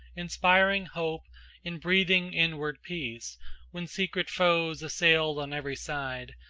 inspiring hope and breathing inward peace when secret foes assailed on every side,